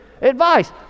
advice